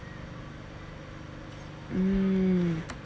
hmm